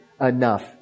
enough